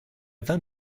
vingt